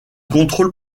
contrôle